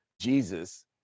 Jesus